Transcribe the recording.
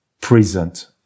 present